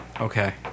Okay